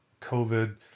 COVID